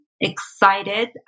excited